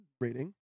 rating